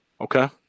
Okay